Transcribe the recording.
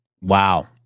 wow